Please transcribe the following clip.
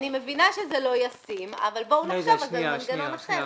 אני מבינה שזה לא ישים אבל בואו נחשוב על מנגנון אחר.